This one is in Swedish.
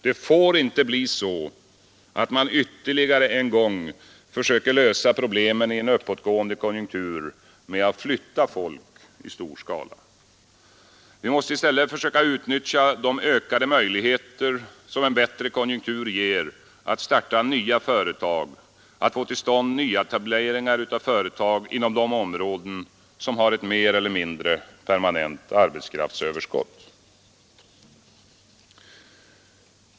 Det får inte bli så, att man ytterligare en gång försöker lösa problemen i en uppåtgående konjunktur med att flytta folk i stor skala. Vi måste i stället försöka utnyttja de ökade möjligheter, som en bättre konjunktur ger att starta nya företag, till att få till stånd nyetableringar av företag inom de områden som har ett mer eller mindre permanent arbetskraftsöverskott.